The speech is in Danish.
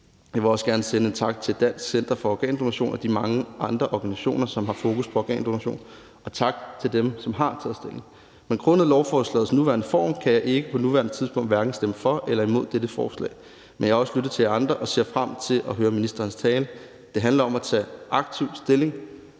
Jeg vil også gerne sende en tak til Dansk Center for Organdonation og de mange andre organisationer, som har fokus på organdonation, og tak til dem, som har taget stilling. På grund af beslutningsforslagets nuværende form kan jeg ikke på nuværende tidspunkt hverken stemme for eller imod dette forslag. Men jeg har også lyttet til jer andre og ser frem til at høre ministerens tale. Det handler om at tage aktivt stilling.